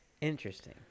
Interesting